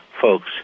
folks